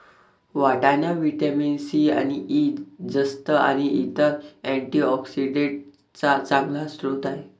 वाटाणा vitamin C आणि E, जस्त आणि इतर अँटीऑक्सिडेंट्सचा चांगला स्रोत आहे